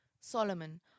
solomon